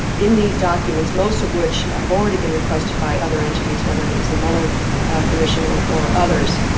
in these documents, most of which have already been requested by other entities, whether it was the mueller commission or or others,